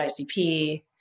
ICP